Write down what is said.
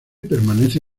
permanece